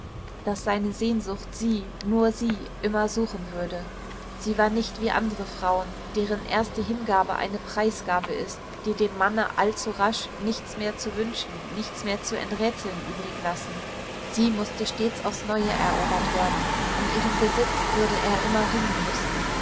daß seine sehnsucht sie nur sie immer suchen würde sie war nicht wie andere frauen deren erste hingabe eine preisgabe ist die dem manne allzu rasch nichts mehr zu wünschen nichts mehr zu enträtseln übrig lassen sie mußte stets aufs neue erobert werden um ihren besitz würde er immer ringen müssen